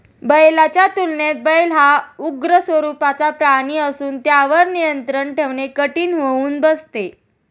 बैलाच्या तुलनेत बैल हा उग्र स्वरूपाचा प्राणी असून त्यावर नियंत्रण ठेवणे कठीण होऊन बसते